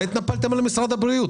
מה התנפלתם על משרד הבריאות?